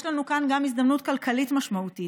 יש לנו כאן גם הזדמנות כלכלית משמעותית: